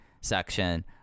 section